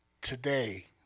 today